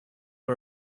are